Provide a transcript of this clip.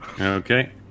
Okay